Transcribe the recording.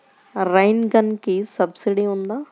Rain గన్కి subsidy ఉందా?